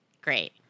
Great